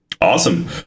Awesome